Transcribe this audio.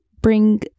bring